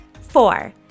Four